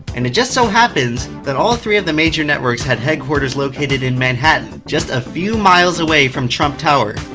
and it just so happens, that all three of the major networks had headquarters located in manhattan, just a few miles away from trump tower.